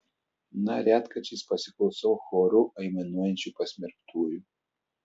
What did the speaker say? na retkarčiais pasiklausau choru aimanuojančių pasmerktųjų